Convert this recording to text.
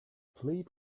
plead